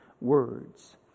words